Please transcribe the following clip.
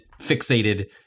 fixated